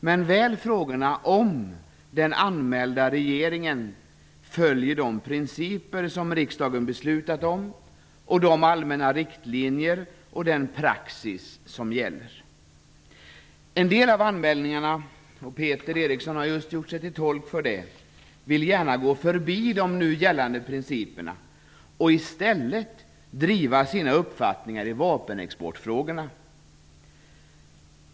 Det gör däremot frågan om den anmälda regeringen följer de principer som riksdagen har beslutat om och de allmänna riktlinjer och den praxis som gäller. I en del av anmälningarna vill man gärna gå förbi de nu gällande principerna och i stället driva sina uppfattningar i vapenexportfrågorna. Peter Eriksson har just gjort sig till tolk för det.